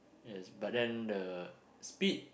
yes but then the speed